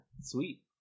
sweet